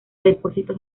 depósitos